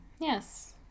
Yes